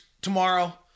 tomorrow